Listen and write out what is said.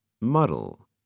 Muddle